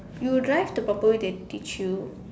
you drive the proper way they teach you